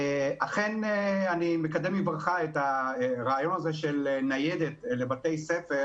אכן אני מקדם בברכה את הרעיון של ניידת לבתי ספר